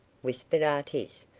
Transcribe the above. whispered artis,